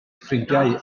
ffrindiau